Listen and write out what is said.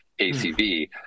ACV